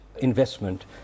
investment